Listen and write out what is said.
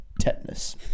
tetanus